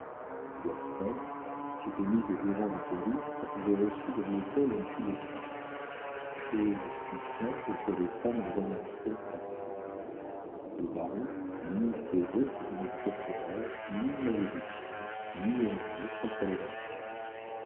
gasselin qui s'était mis au-devant de calyste avait reçu dans l'épaule un coup de sabre chose si simple que les femmes le remercièrent à peine le baron ni ses hôtes ne proférèrent ni malédictions ni injures contre les vainqueurs